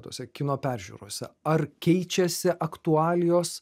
tose kino peržiūrose ar keičiasi aktualijos